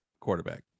quarterback